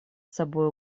собой